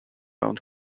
around